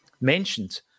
mentioned